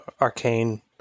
arcane